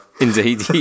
Indeed